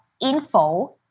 info